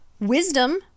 Wisdom